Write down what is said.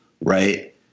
right